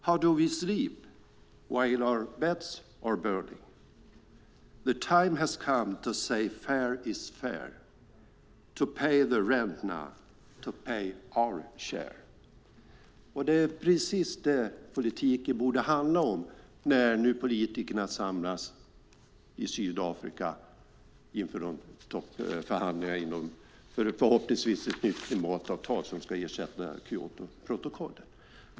How do we sleep while our beds are burning? The time has come to say fair's fair, to pay the rent now, to pay our chair. Det är precis det som politiken borde handla om när politikerna nu samlas i Sydafrika till förhandlingar för ett förhoppningsvis nytt klimatavtal som ska ersätta Kyotoprotokollet.